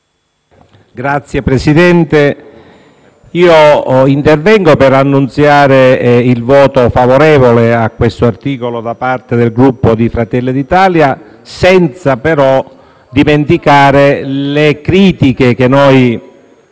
Signor Presidente, intervengo per annunciare il voto favorevole all'articolo 1 da parte del Gruppo Fratelli d'Italia, senza però dimenticare le critiche da noi